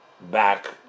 back